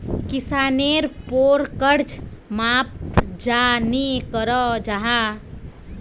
किसानेर पोर कर्ज माप चाँ नी करो जाहा?